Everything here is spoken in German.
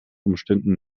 umständen